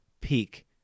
peak